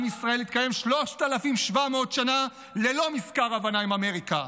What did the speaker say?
עם ישראל התקיים 3,700 שנה ללא מזכר הבנה עם אמריקה,